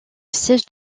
siège